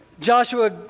Joshua